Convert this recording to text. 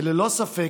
ללא ספק,